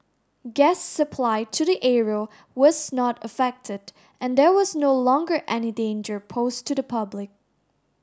gas supply to the area was not affected and there was no longer any danger posed to the public